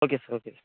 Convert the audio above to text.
okay sir okay sir